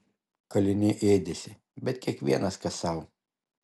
kaliniai ėdėsi bet kiekvienas kas sau